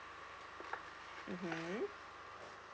mmhmm